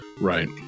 Right